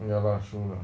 ya lah true lah